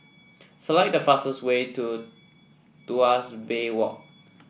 select the fastest way to Tuas Bay Walk